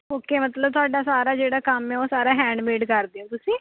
okay ਮਤਲਬ ਤੁਹਾਡਾ ਸਾਰਾ ਜਿਹੜਾ ਕੰਮ ਹੈ ਉਹ ਸਾਰਾ ਹੈਂਡਮੇਡ ਕਰਦੇ ਓ ਤੁਸੀਂ